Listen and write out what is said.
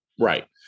Right